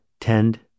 tend